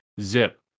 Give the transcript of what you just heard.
Zip